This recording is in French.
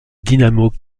dynamo